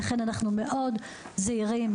ולכן אנחנו מאוד זהירים,